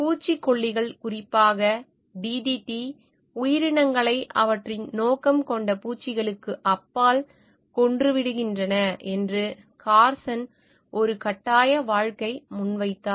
பூச்சிக்கொல்லிகள் குறிப்பாக DDT உயிரினங்களை அவற்றின் நோக்கம் கொண்ட பூச்சிகளுக்கு அப்பால் கொன்றுவிடுகின்றன என்று கார்சன் ஒரு கட்டாய வழக்கை முன்வைத்தார்